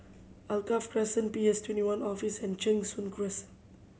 Alkaff Crescent PS twenty one Office and Cheng Soon Crescent